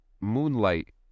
moonlight